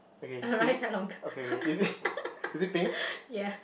her right side longer yeah